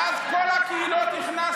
ואז את כל הקהילות הכנסת.